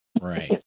right